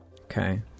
Okay